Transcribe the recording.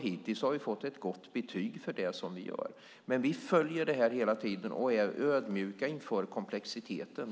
Hittills har vi fått ett gott betyg för det vi gör. Men vi följer detta hela tiden och är ödmjuka inför komplexiteten.